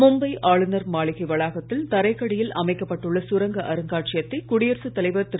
மும்பை ஆளுனர் மாளிகை வளாகத்தில் தரைக்கடியில் அமைக்கப் பட்டுள்ள சுரங்க அருங்காட்சியகத்தை குடியரசுத் தலைவர் திரு